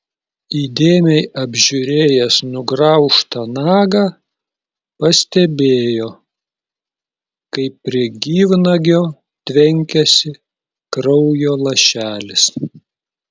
įdėmiai apžiūrėjęs nugraužtą nagą pastebėjo kaip prie gyvnagio tvenkiasi kraujo lašelis